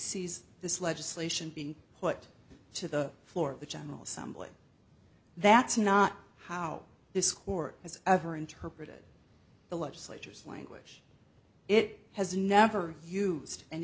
sees this legislation being put to the floor of the general assembly that's not how this court has ever interpreted the legislature's language it has never used an